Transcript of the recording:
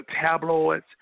tabloids